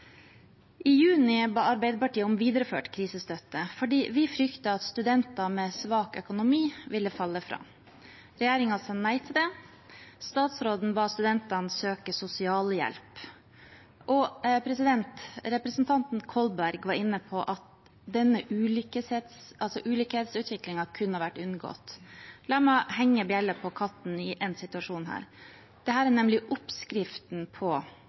I juni ba Arbeiderpartiet om videreført krisestøtte fordi vi fryktet at studenter med svak økonomi ville falle fra. Regjeringen sa nei til det. Statsråden ba studentene søke sosialhjelp. Representanten Kolberg var inne på at denne ulikhetsutviklingen kunne vært unngått. La meg henge bjella på katten i en situasjon her. Dette er nemlig oppskriften på